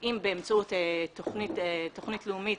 אם באמצעות תוכנית לאומית,